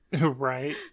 Right